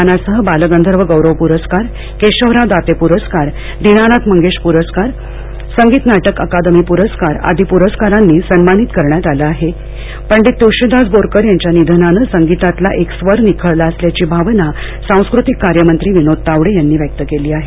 मानासह बालगंधर्व गौरव पुरस्कार केशवराव दाते पुरस्कार दिनानाथ मंगेशकर पुरस्कार संगीत नाटक अकादमी प्रस्कार आदी प्रस्कारांनी सन्मानित करण्यात आलं आहेपंडित त्ळशीदास बोरकर यांच्या निधनानं संगीतातला एक स्वर निखळला असल्याची भावना सांस्कृतिक कार्य मंत्री विनोद तावडे यांनी व्यक्त केली आहे